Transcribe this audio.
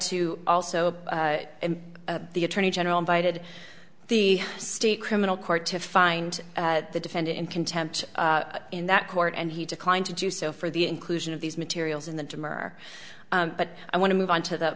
to also and the attorney general invited the state criminal court to find the defendant in contempt in that court and he declined to do so for the inclusion of these materials in the demurrer but i want to move on to the